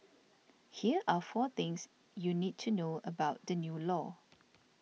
here are four things you need to know about the new law